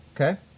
Okay